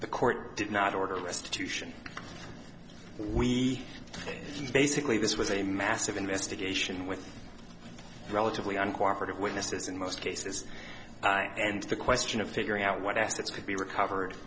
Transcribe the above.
the court did not order restitution we basically this was a massive investigation with relatively uncooperative witnesses in most cases and the question of figuring out what assets could be recovered